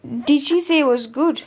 did she say it was good